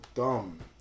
dumb